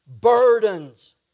burdens